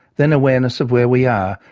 then awareness of where we are,